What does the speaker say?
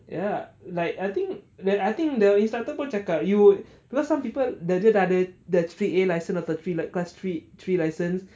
ya like I think then I think the instructor pun cakap you because some people dah dia dah ada three A license of the three class three three license